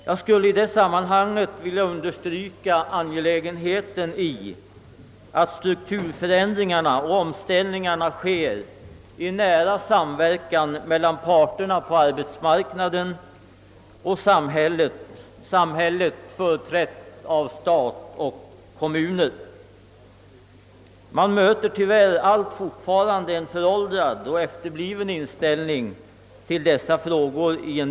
Jag vill i detta sammanhang understryka angelägenheten av att strukturförändringarna sker i nära samverkan mellan parterna på arbetsmarknaden och samhället, stat och kommuner. Tyvärr möter man alltjämt i vissa läger en föråldrad och efterbliven inställning till dessa frågor.